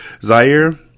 Zaire